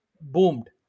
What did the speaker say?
boomed